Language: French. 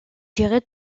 j’irai